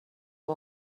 این